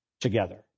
together